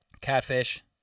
Catfish